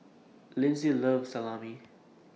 Lindsey loves Salami